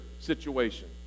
situation